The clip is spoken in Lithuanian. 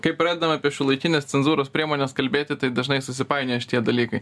kai pradedam apie šiuolaikines cenzūros priemones kalbėti tai dažnai susipainioja šitie dalykai